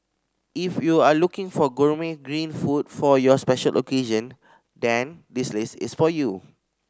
if you are looking for gourmet green food for your special occasion then this list is for you